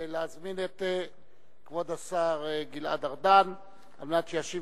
להזמין את כבוד השר גלעד ארדן על מנת שישיב